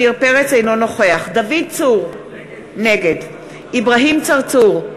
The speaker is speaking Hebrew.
אינו נוכח דוד צור, נגד אברהים צרצור,